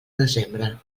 desembre